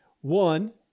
One